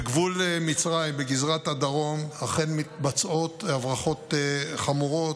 בגבול מצרים בגזרת הדרום אכן מתבצעות הברחות חמורות,